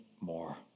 more